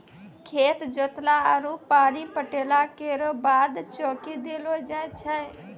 खेत जोतला आरु पानी पटैला केरो बाद चौकी देलो जाय छै?